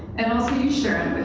and also, you sharron,